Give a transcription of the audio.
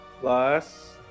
plus